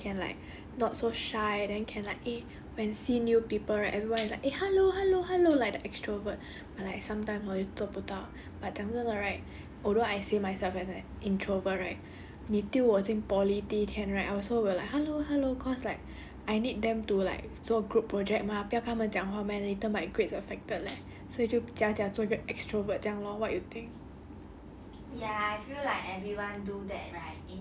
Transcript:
ya 这样讲我也满希望 hor I can like not so shy then can like eh when see new people right everyone is like eh hello hello hello like extrovert like sometime hor you 做不到 but 讲真的 right although I see myself as an introvert right 你丢我进 poly 第一天 right I also will like hello hello cause like I need them to like 做 group project mah 不要跟他们讲话 meh later my grades affected like 所以就假假做一个 extrovert 这样 lor what you think